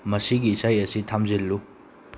ꯃꯁꯤꯒꯤ ꯏꯁꯩ ꯑꯁꯤ ꯊꯝꯖꯤꯜꯂꯨ